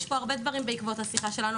יש פה הרבה דברים בעקבות השיחה שלנו,